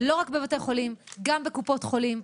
לא רק בבתי חולים גם בקופות חולים,